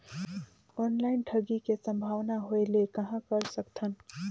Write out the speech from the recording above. Online ठगी के संभावना होय ले कहां कर सकथन?